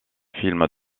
films